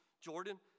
Jordan